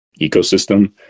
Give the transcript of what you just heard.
ecosystem